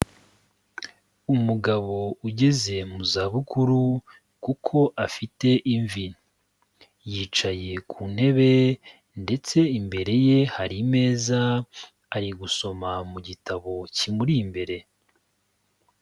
Umugabo ugeze mu zabukuru kuko afite imvi, yicaye ku ntebe ndetse imbere ye hari imeza ari gusoma mu gitabo kimuri imbere.